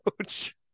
coach